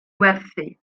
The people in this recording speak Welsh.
werthu